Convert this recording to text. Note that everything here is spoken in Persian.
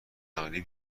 نقلیه